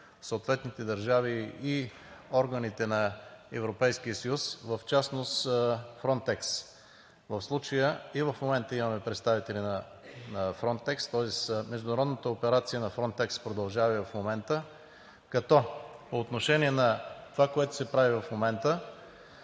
съответните държави и органите на Европейския съюз, в частност Frontex. В случая и в момента имаме представители на Frontex, тоест международната операция на Frontex продължава и в момента. Като по отношение на това, което се прави в момента,